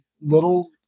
little